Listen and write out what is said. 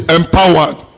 empowered